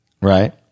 Right